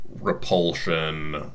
repulsion